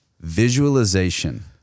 Visualization